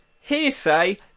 hearsay